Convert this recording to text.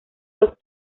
los